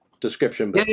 description